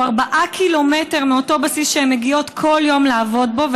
ארבעה קילומטרים מאותו בסיס שהן מגיעות כל יום לעבוד בו.